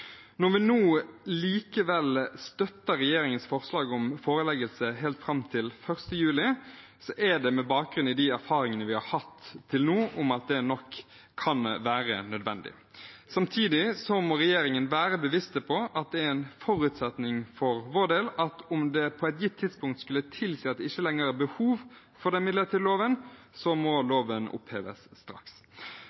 Når vi nå likevel støtter regjeringens forslag om forlengelse helt fram til 1. juli 2022, er det med bakgrunn i de erfaringene vi har hatt til nå om at det nok kan være nødvendig. Samtidig må regjeringen være bevisst på at det er en forutsetning for vår del at om det på et gitt tidspunkt skulle tilsi at det ikke lenger er behov for den midlertidige loven, må